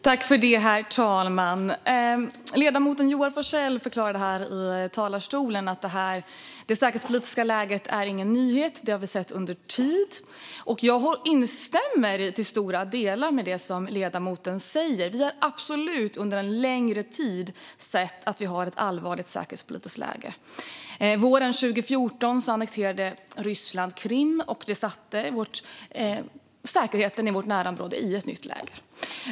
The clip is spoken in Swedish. Herr talman! Ledamoten Joar Forssell förklarade här i talarstolen att det säkerhetspolitiska läget inte är någon nyhet. Det har vi sett över tid. Jag instämmer till stora delar med det som ledamoten säger. Vi har absolut under en längre tid sett ett allvarligt säkerhetspolitiskt läge. Våren 2014 annekterade Ryssland Krim, och det satte säkerheten i vårt närområde i ett nytt läge.